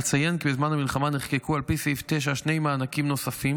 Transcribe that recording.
אציין כי בזמן המלחמה נחקקו על פי סעיף 9 שני מענקים נוספים